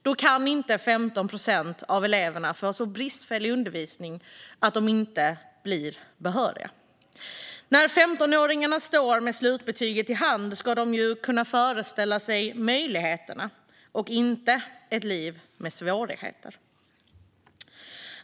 Då kan inte 15 procent av eleverna få så bristfällig undervisning att de inte blir behöriga. När 15-åringarna står med slutbetyget i hand ska de kunna föreställa sig möjligheterna - inte ett liv med svårigheter.